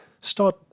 start